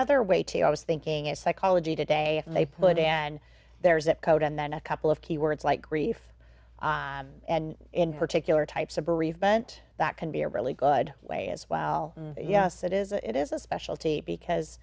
other way too i was thinking of psychology today and they put and there's that code and then a couple of key words like grief in particular types of bereavement that can be a really good way as well yes it is it is a specialty because